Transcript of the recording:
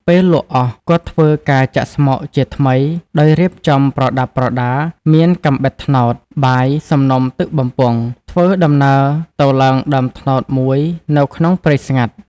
ពេលលក់អស់ គាត់ធ្វើការចាក់ស្មុគជាថ្មីដោយរៀបចំប្រដាប់ប្រដាមានកាំបិតត្នោត បាយ សំណុំទឹកបំពង់ ធ្វើដំណើរទៅឡើងដើមត្នោតមួយនៅក្នុងព្រៃស្ងាត់។